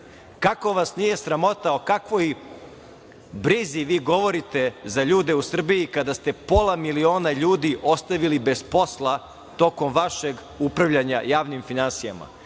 Kako vas nije sramota. O kakvoj brizi vi govorite za ljude u Srbiji kada ste pola miliona ljudi ostavili bez posla tokom vašeg upravljanja javnim finansijama. Poštovani